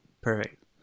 perfect